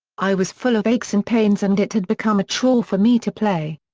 i was full of aches and pains and it had become a chore for me to play.